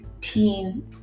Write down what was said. teen